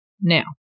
Now